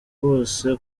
bose